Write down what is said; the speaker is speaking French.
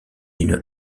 une